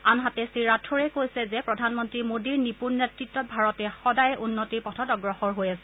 আনহাতে শ্ৰীৰাথ ড়ে কৈছে যে প্ৰদানমন্ত্ৰী মোডীৰ নিপুণ নেতৃত্বত ভাৰত সদায়ে উন্নতিৰ পথত অগ্ৰসৰ হৈ আছে